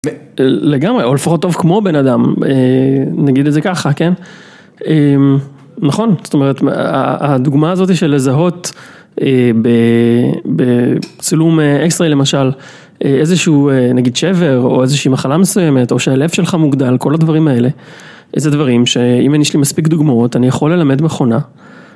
לגמרי, או לפחות טוב כמו בן אדם, נגיד את זה ככה, כן נכון, זאת אומרת, הדוגמה הזאת של לזהות בצילום אקס-ריי למשל, איזשהו נגיד שבר, או איזושהי מחלה מסוימת, או שהלב שלך מוגדל, כל הדברים האלה זה דברים, שאם יש לי מספיק דוגמאות, אני יכול ללמד מכונה